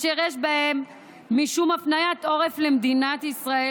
אשר יש בהם משום הפניית עורף למדינת ישראל